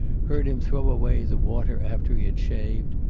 heard him throw away the water after he had shaved,